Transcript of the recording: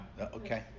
okay